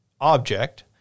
object